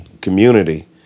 community